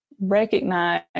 recognize